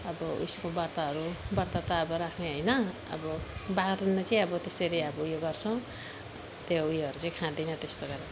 अब उयसको व्रतहरू व्रत त अब राख्ने होइन अब बार्ने चाहिँ अब त्यसरी अब ऊ यो गर्छौँ त्यो उयोहरू चाहिँ खाँदैनौँ त्यस्तो गरेर